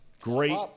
Great